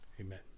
amen